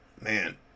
man